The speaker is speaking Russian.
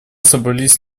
собрались